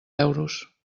euros